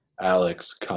Alex